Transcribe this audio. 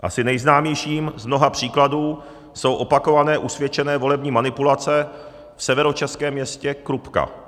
Asi nejznámějším z mnoha příkladů jsou opakované usvědčené volební manipulace v severočeském městě Krupka.